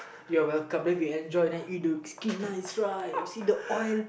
you're welcome then we enjoy then eat the skin nice right you see the oil